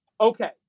Okay